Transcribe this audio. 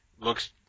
looks